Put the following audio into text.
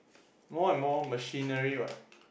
more and more machinery what